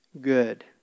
good